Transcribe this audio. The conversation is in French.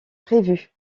prévu